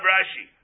Rashi